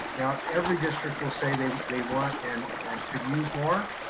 now, every district will say they they want and and could use more.